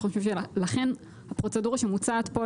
אנחנו חושבים שלכן הפרוצדורה שמוצעת פה,